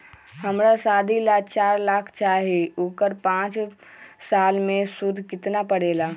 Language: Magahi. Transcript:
हमरा शादी ला चार लाख चाहि उकर पाँच साल मे सूद कितना परेला?